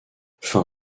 fin